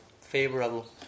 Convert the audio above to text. favorable